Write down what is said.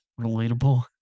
relatable